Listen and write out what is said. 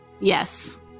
Yes